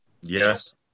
Yes